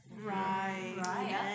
Right